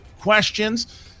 questions